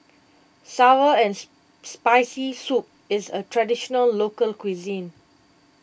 Sour and Spicy Soup is a Traditional Local Cuisine